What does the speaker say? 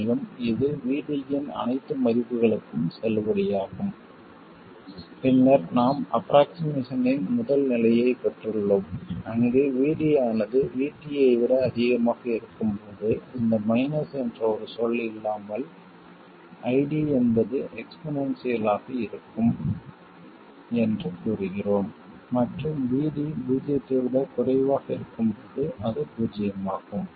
மேலும் இது VDஇன் அனைத்து மதிப்புகளுக்கும் செல்லுபடியாகும் பின்னர் நாம் ஆஃப்ரோக்ஷிமேசன் இன் முதல் நிலையைப் பெற்றுள்ளோம் அங்கு VD ஆனது Vt ஐ விட அதிகமாக இருக்கும் போது இந்த மைனஸ் என்ற ஒரு சொல் இல்லாமல் ID என்பது எக்ஸ்போனென்சியல் ஆக இருக்கும் என்று கூறுகிறோம் மற்றும் VD பூஜ்ஜியத்தை விட குறைவாக இருக்கும்போது அது பூஜ்ஜியமாகும்